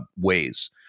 ways